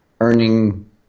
earning